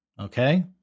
Okay